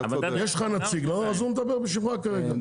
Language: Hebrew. יש לך נציג, הוא מדבר בשבילך כרגע.